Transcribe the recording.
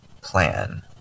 plan